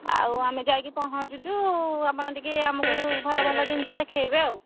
ଆଉ ଆମେ ଯାଇକି ପହଞ୍ଚୁଛୁ ଆପଣ ଟିକିଏ ଆମକୁ ଭଲ ଭଲ ଜିନିଷ ଦେଖେଇବେ ଆଉ